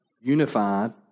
unified